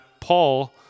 Paul